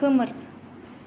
खोमोर